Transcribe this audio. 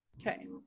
Okay